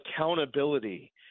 accountability